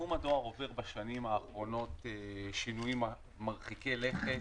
תחום הדואר עובר בשנים האחרונות שינויים מרחיקי לכת.